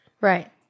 Right